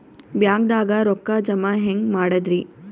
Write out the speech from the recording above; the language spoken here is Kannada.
ಬ್ಯಾಂಕ್ದಾಗ ರೊಕ್ಕ ಜಮ ಹೆಂಗ್ ಮಾಡದ್ರಿ?